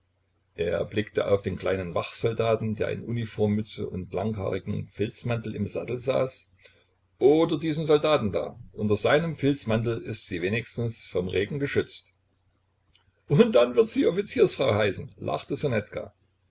er blickte auf den kleinen wachsoldaten der in uniformmütze und langhaarigem filzmantel im sattel saß oder diesen soldaten da unter seinem filzmantel ist sie wenigstens vom regen geschützt und dann wird sie offiziersfrau heißen lachte